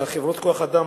חברות כוח-האדם,